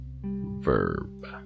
verb